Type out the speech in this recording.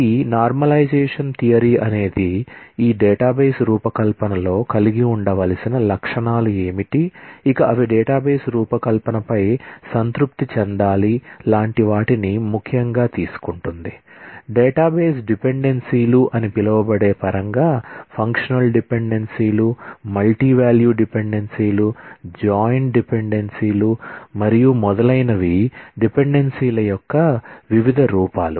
ఈ normalization theory s మరియు మొదలైనవి డిపెండెన్సీల యొక్క వివిధ రూపాలు